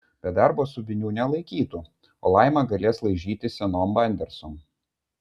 be darbo subinių nelaikytų o laima galės laižyti senom bandersom